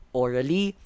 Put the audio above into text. orally